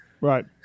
Right